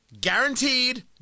Guaranteed